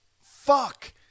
Fuck